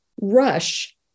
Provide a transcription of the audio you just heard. rush